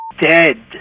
dead